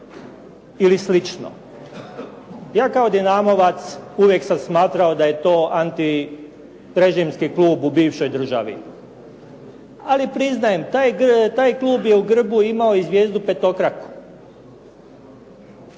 ili slično. Ja kao Dinamovac, uvijek sam smatramo da je to antirežimski klub u bivšoj državi. Ali priznajem taj klub je u grbu imao i zvijezdu petokraku.